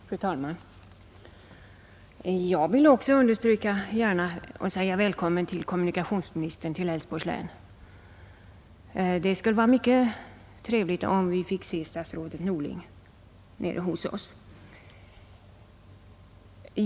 a ERNA Fru talman! Jag vill också gärna understryka att kommunikationsmi 4 FOEROTENINIEE nistern är välkommen till Älvsborgs län; det skulle vara mycket trevligt om vi fick se statsrådet Norling nere hos oss.